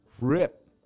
RIP